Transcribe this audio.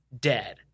dead